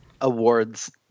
awards